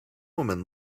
woman